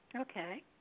okay